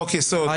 בחוק-יסוד --- לא.